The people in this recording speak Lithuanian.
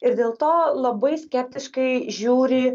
ir dėl to labai skeptiškai žiūri